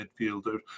midfielder